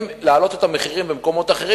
להעלות את המחירים במקומות אחרים,